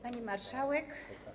Pani Marszałek!